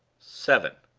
seven.